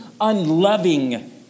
unloving